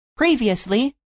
Previously